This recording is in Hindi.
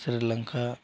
श्रीलंका